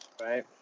right